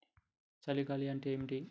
చలి గాలి అంటే ఏమిటి?